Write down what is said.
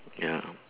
ya